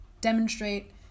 demonstrate